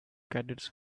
caddies